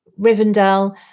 Rivendell